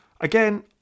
again